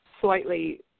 slightly